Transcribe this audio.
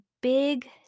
big